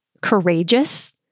courageous